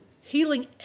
Healing